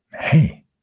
hey